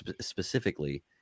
specifically